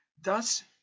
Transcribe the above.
Thus